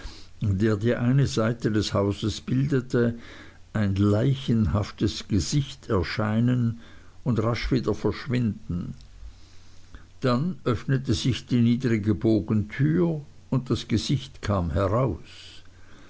der die eine seite des hauses bildete ein leichenhaftes gesicht erscheinen und rasch wieder verschwinden dann öffnete sich die niedrige bogentür und das gesicht kam heraus